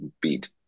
beat